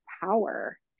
power